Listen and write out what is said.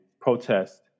protest